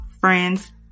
friends